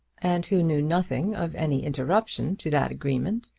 and who knew nothing of any interruption to that agreement,